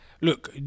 look